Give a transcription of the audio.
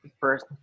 First